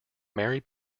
mary